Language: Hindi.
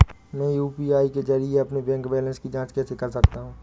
मैं यू.पी.आई के जरिए अपने बैंक बैलेंस की जाँच कैसे कर सकता हूँ?